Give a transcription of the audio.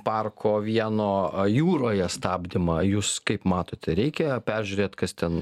parko vieno jūroje stabdymą jūs kaip matote reikia peržiūrėt kas ten